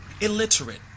illiterate